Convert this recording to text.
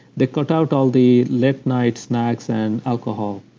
they cut out all the late night snacks and alcohol.